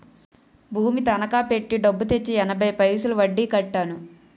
భూమి తనకా పెట్టి డబ్బు తెచ్చి ఎనభై పైసలు వడ్డీ కట్టాను